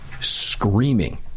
screaming